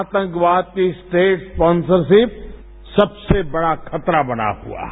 आतंकवाद की state sponsorship सबसे बढ़ा खतरा बना हुआ है